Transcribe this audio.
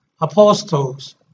apostles